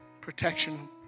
protection